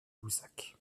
boussac